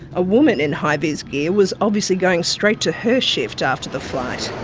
a woman in high-vis gear was obviously going straight to her shift after the flight.